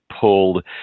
pulled